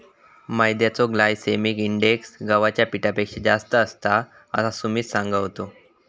मैद्याचो glycaemic index गव्हाच्या पिठापेक्षा जास्त असता, असा सुमित सांगा होतो